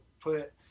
put